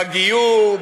בגיור,